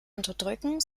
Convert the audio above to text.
unterdrücken